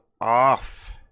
off